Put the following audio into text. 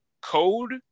code